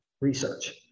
research